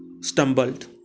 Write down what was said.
stumbled